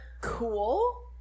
cool